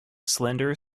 slender